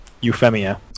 Euphemia